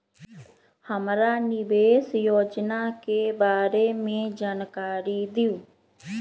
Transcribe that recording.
हमरा निवेस योजना के बारे में जानकारी दीउ?